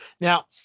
Now